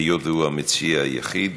היות שהוא המציע היחיד,